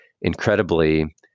incredibly